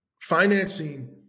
financing